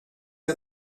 bon